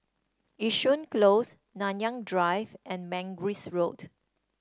Yishun Close Nanyang Drive and Mangis Road